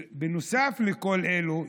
נוסף לכל אלה,